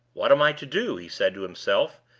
what am i to do? he said to himself,